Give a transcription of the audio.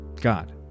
God